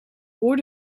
voor